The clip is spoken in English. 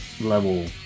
level